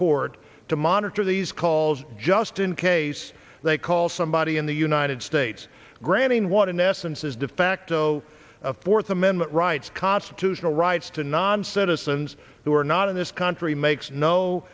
court to monitor these calls just in case they call somebody in the united states granting what in essence is de facto a fourth amendment rights constitutional rights to non citizens who are not in this country makes no